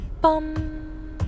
bum